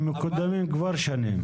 הם מקודמים כבר שנים.